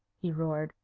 he roared.